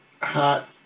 Hot